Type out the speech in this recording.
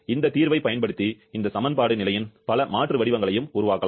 இந்த தீர்வைப் பயன்படுத்தி இந்த சமன்பாடு நிலையின் பல மாற்று வடிவங்களையும் உருவாக்கலாம்